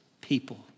people